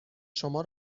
شما